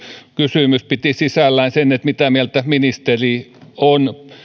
kysymys piti sisällään sen mitä mieltä ministeri on